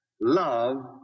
love